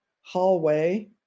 hallway